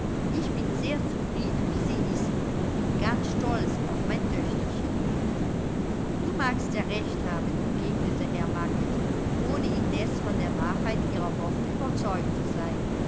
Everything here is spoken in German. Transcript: ich bin sehr zufrieden wie sie ist und bin ganz stolz auf mein töchterchen du magst ja recht haben entgegnete herr macket ohne indes von der wahrheit ihrer worte überzeugt zu sein